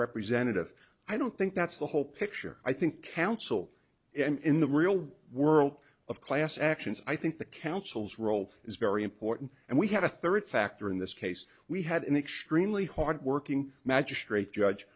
representative i don't think that's the whole picture i think counsel and in the real world of class actions i think the council's role is very important and we have a third factor in this case we had an extremely hard working magistrate judge